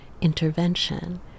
intervention